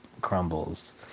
crumbles